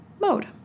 mode